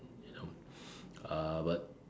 uh but